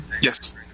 Yes